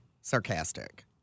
sarcastic